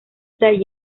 utah